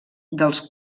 dels